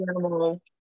animal